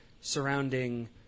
surrounding